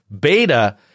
beta